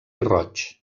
roig